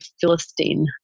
Philistine